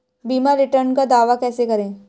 बीमा रिटर्न का दावा कैसे करें?